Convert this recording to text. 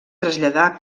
traslladà